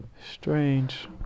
Strange